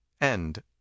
End